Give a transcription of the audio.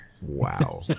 Wow